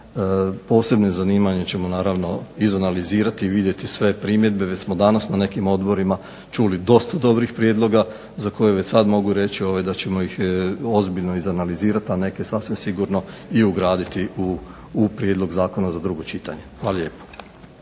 posebnim zanimanjem ćemo naravno izanalizirati i vidjeti sve primjedbe. Već smo danas na nekim odborima čuli dosta dobrih prijedloga za koje već sad mogu reći da ćemo ih ozbiljno izanalizirati, a neke sasvim sigurno i ugraditi u prijedlog zakona za drugo čitanje. Hvala lijepo.